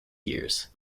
years